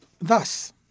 thus